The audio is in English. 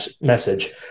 message